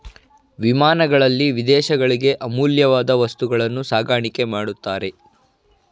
ವಿಮಾನಗಳಲ್ಲಿ ವಿದೇಶಗಳಿಗೆ ಅಮೂಲ್ಯವಾದ ವಸ್ತುಗಳನ್ನು ಸಾಗಾಣಿಕೆ ಮಾಡುತ್ತಾರೆ